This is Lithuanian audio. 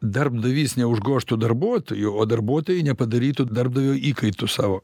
darbdavys neužgožtų darbuotojų o darbuotojai nepadarytų darbdavio įkaitu savo